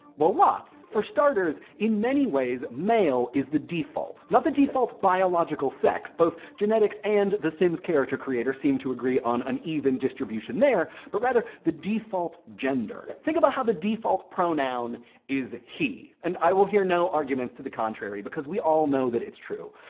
well, lots. for starters, in many ways, male is the default. not the default biological sex, both genetics and the sims character creator seem to agree on an even distribution there, but rather the default gender. think about how the default pronoun is he. and i will hear no arguments to the contrary, because we all know that it's true,